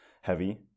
heavy